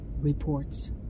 reports